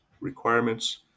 requirements